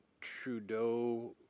Trudeau